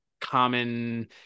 common